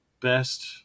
best